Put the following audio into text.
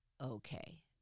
okay